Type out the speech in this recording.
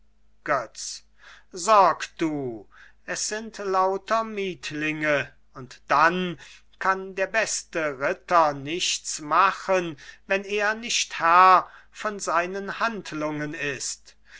götz sorg du es sind lauter mietlinge und dann kann der beste ritter nichts machen wenn er nicht herr von seinen handlungen ist